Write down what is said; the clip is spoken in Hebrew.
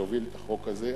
שהוביל את החוק הזה.